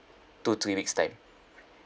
two three weeks time